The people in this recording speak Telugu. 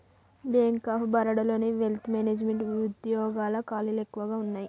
బ్యేంక్ ఆఫ్ బరోడాలోని వెల్త్ మేనెజమెంట్ వుద్యోగాల ఖాళీలు ఎక్కువగా వున్నయ్యి